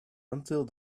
until